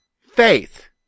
faith